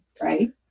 right